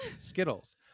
Skittles